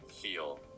feel